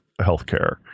Healthcare